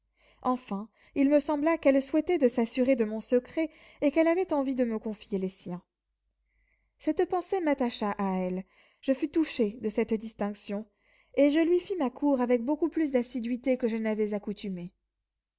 enfin il me sembla qu'elle souhaitait de s'assurer de mon secret et qu'elle avait envie de me confier les siens cette pensée m'attacha à elle je fus touché de cette distinction et je lui fis ma cour avec beaucoup plus d'assiduité que je n'avais accoutumé